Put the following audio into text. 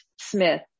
Smith